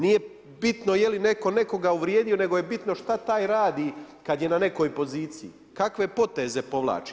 Nije bitno je li netko nekoga uvrijedio nego je bitno šta taj radi kad je na nekoj poziciji, kakve poteze povlači?